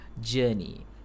journey